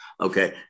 Okay